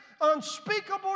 unspeakable